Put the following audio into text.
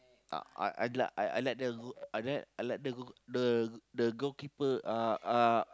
uh uh I like I like the g~ I like I like the g~ the the goalkeeper uh uh